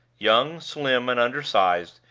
young, slim, and undersized,